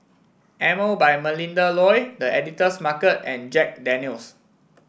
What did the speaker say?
Emel by Melinda Looi The Editor's Market and Jack Daniel's